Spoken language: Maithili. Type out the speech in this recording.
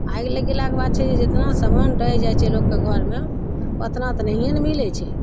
आगि लागि गेलाक बाद छै जे जेतना सामान डहि जाइ छै लोकके घरमे ओतना तऽ नहिये ने मिलय छै